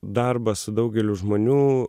darbas su daugeliu žmonių